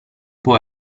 può